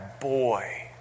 boy